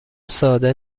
ساده